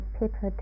people